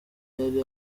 yari